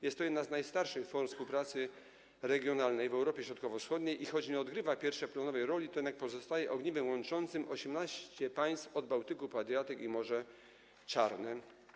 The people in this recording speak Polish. Jest to jedna z najstarszych form współpracy regionalnej w Europie Środkowo-Wschodniej i, choć nie odgrywa pierwszoplanowej roli, to jednak pozostaje ogniwem łączącym 18 państw od Bałtyku po Adriatyk i Morze Czarne.